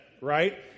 Right